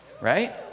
right